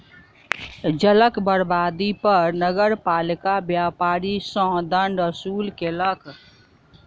जलक बर्बादी पर नगरपालिका व्यापारी सॅ दंड वसूल केलक